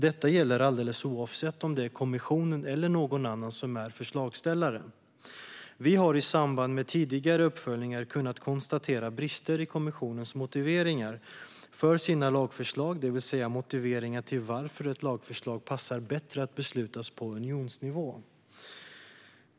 Detta gäller oavsett om det är kommissionen eller någon annan som är förslagsställare. Vi har i samband med tidigare uppföljningar kunnat konstatera brister i kommissionens motiveringar för sina lagförslag, det vill säga motiveringar till varför det passar bättre att besluta om ett lagförslag på unionsnivå.